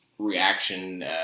reaction